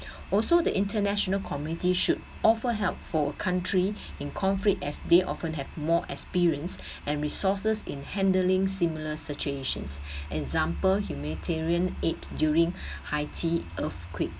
also the international community should offer help for a country in conflict as they often have more experience and resources in handling similar situations example humanitarian aid during haiti earthquake